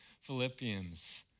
Philippians